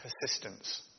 persistence